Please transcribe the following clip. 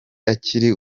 akiri